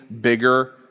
bigger